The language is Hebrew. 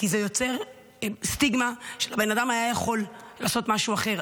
כי זה יוצר סטיגמה שהבן אדם היה יכול לעשות משהו אחר.